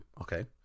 okay